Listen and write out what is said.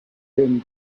him